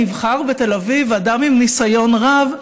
נבחר בתל אביב אדם עם ניסיון רב,